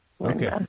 okay